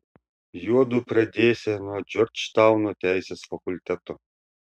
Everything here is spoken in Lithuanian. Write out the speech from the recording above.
juodu pradėsią nuo džordžtauno teisės fakulteto